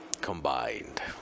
combined